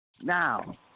Now